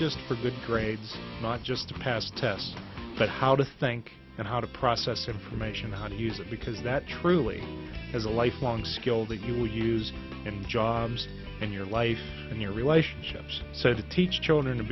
just for good grades not just to pass tests but how to think and how to process information how to use it because that truly is a lifelong skill that you would use in jobs in your life in your relationships said to teach children to